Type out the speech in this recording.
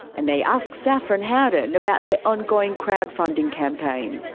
and they ask saffron howden about the ongoing crowdfunding campaign.